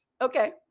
Okay